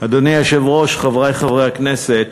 אדוני היושב-ראש, חברי חברי הכנסת,